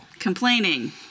Complaining